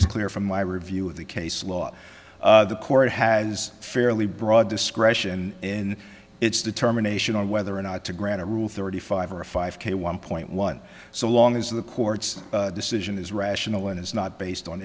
is clear from my review of the case law the court has fairly broad discretion in its determination on whether or not to grant a rule thirty five or a five k one point one so long as the court's decision is rational and is not based on